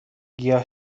گیاه